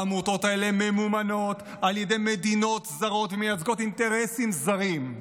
העמותות האלה ממומנות על ידי מדינות זרות ומייצגות אינטרסים זרים.